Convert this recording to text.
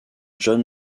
john